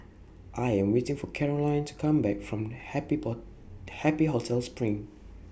I Am waiting For Caroline to Come Back from Happy Happy Hotel SPRING